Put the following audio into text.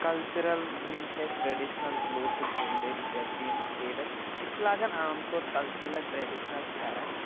cultural یِم چھِ اَسہِ ٹرٛٮ۪ڈِشنَل کٕلوتھٕ جِولٔری پٮ۪ترِ یِم سِٹیٹَس أسۍ چھِ لاگان عام طور کَلچَرَل ٹرٛٮ۪ڈِشنَل پھٮ۪رَن